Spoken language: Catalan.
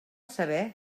saber